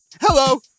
Hello